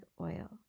oil